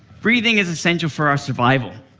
breathing is essential for our survival,